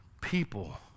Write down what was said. people